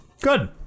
Good